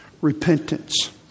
repentance